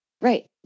Right